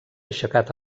aixecat